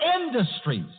industries